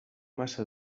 massa